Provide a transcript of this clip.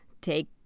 take